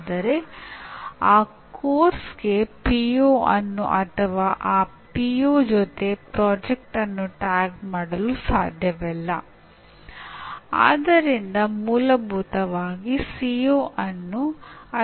ಉದಾಹರಣೆಗೆ ನೀವು ತರಗತಿಯಲ್ಲಿ ಪ್ರಶ್ನೆಯನ್ನು ಕೇಳುತ್ತೀರಾ ಅಥವಾ ರಸಪ್ರಶ್ನೆ ನಡೆಸುತ್ತೀರಾ